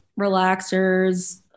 relaxers